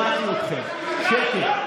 שמעתי אתכם, שקט.